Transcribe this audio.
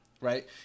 Right